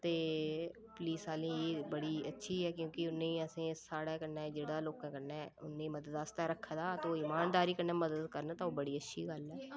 ते पुलिस आह्लें दी एह् बड़ी अच्छी ऐ क्योंकि उ'नें असें साढ़ै कन्नै जेह्ड़ा लोकें कन्नै उं'दी मदद आस्तै रक्खे दा ते ओह् ईमानदारी कन्नै मदद करन तां ओह् बड़ी अच्छी गल्ल ऐ